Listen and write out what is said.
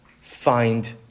Find